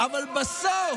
אבל בסוף,